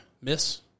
Miss